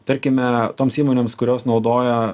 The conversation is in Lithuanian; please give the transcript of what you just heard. tarkime toms įmonėms kurios naudoja